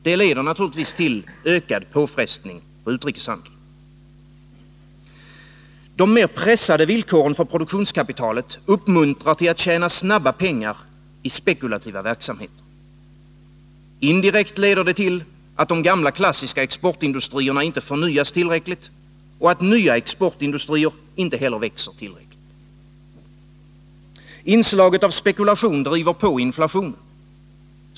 Det leder naturligtvis till ökad påfrestning på utrikeshandeln. De mer pressade villkoren för produktionskapitalet uppmuntrar till att tjäna snabba pengar i spekulativa verksamheter. Indirekt leder det till att de gamla klassiska exportindustrierna inte förnyas tillräckligt och att nya exportindustrier inte heller växer tillräckligt. Inslaget av spekulation driver på inflationen.